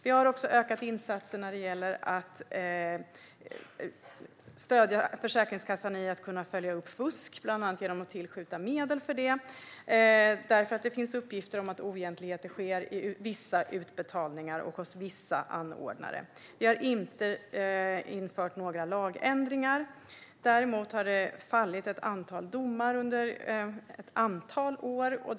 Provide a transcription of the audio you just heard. Vi har också ökat insatsen för att stödja Försäkringskassan i fråga om att kunna följa upp fusk, bland annat genom att tillskjuta medel för det. Det finns nämligen uppgifter om att oegentligheter sker i vissa utbetalningar och hos vissa anordnare. Vi har inte infört några lagändringar. Däremot har det under ett antal år fallit ett antal domar.